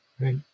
right